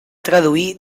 traduir